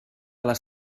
les